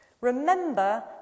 Remember